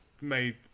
made